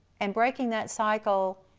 and breaking that cycle,